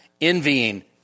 envying